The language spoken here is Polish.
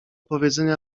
powiedzenia